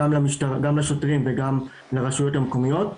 גם לשוטרים וגם לרשויות המקומיות,